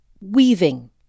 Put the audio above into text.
weaving